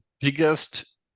biggest